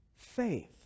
Faith